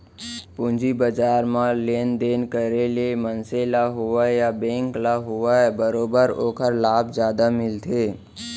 पूंजी बजार म लेन देन करे ले मनसे ल होवय या बेंक ल होवय बरोबर ओखर लाभ जादा मिलथे